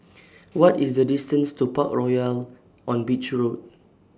What IS The distance to Parkroyal on Beach Road